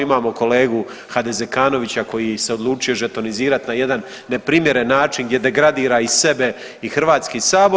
Imamo kolegu HDZekanovića koji se odlučio žetonizirati na jedan neprimjeren način, gdje degradira i sebe i Hrvatski sabor.